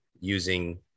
using